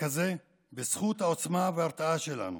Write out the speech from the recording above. שכזה בזכות העוצמה וההרתעה שלנו.